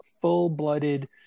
full-blooded